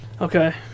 Okay